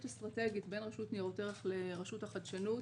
אסטרטגית בין רשות ניירות ערך לרשות החדשנות,